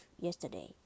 yesterday